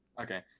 Okay